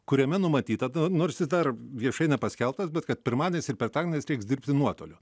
kuriame numatyta nors jis dar viešai nepaskelbtas bet kad pirmadieniais ir penktadieniais reiks dirbti nuotoliu